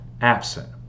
absent